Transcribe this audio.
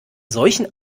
solchen